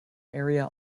area